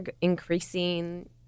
increasing